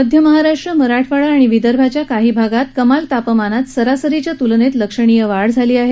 मध्य महाराष्ट्र मराठवाडा आणि विदर्भाच्या काही भागांत कमाल तापमानात सरासरीच्या तुलनेत लक्षणीय वाढ झाली आहे